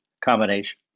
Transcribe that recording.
combination